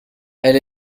elle